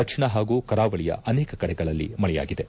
ದಕ್ಷಿಣ ಹಾಗೂ ಕರಾವಳಿಯ ಅನೇಕ ಕಡೆಗಳಲ್ಲಿ ಮಳೆಯಾಗಿದೆ